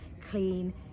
clean